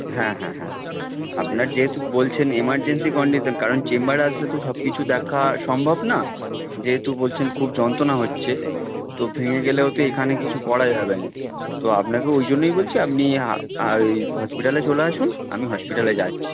হ্যাঁ হ্যাঁ হ্যাঁ আপনার যেহেতু বলছেন এমার্জেন্সি কন্ডিশান কারণ চেম্বারে আসলে তো সব কিছু দেখা সম্ভব না যেহেতু বলছেন খুব যন্ত্রনা হচ্ছে তো ভেঙে গেলেও তো এখানে কিছু করা যাবে না তো আপনাকে ওই জন্যই বলছি আপনি আই হসপিটালে চলে আসুন আমি হসপিটালে যাচ্ছি